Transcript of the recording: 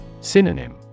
Synonym